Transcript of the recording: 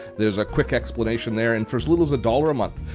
there's a quick explanation there and for as little as a dollar a month,